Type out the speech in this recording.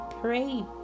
pray